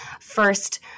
First